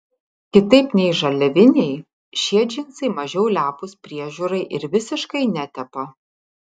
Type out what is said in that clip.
kitaip nei žaliaviniai šie džinsai mažiau lepūs priežiūrai ir visiškai netepa